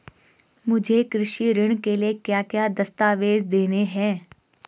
मुझे कृषि ऋण के लिए क्या क्या दस्तावेज़ देने हैं?